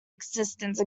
existence